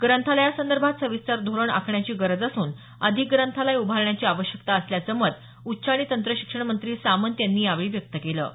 ग्रंथालयासंदर्भात सविस्तर धोरण आखण्याची गरज असून अधिक ग्रंथालय उभारण्याची आवश्यकता असल्याचं मत उच्च आणि तंत्र शिक्षणमंत्री उदय सामंत यांनी व्यक्त केलं आहे